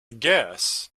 guess